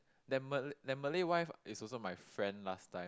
that Malay that Malay wife is also my friend last time